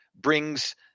brings